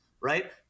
right